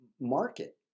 market